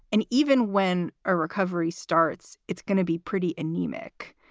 and even when a recovery starts, it's going to be pretty anemic.